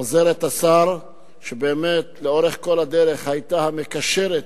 עוזרת השר, שבאמת לאורך כל הדרך היתה המקשרת